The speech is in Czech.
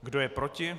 Kdo je proti?